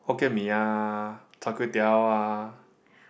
Hokkien Mee ah Char-Kway-Teow ah